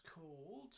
called